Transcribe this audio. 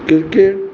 cricket